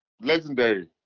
Legendary